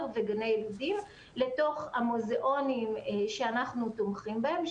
וגני ילדים לתוך המוזיאונים שאנחנו תומכים בהם,